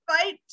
fight